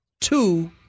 two